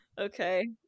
Okay